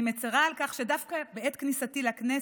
אני מצירה על כך שדווקא בעת כניסתי לכנסת,